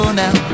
now